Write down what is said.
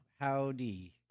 howdy